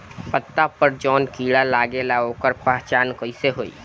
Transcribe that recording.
पत्ता पर जौन कीड़ा लागेला ओकर पहचान कैसे होई?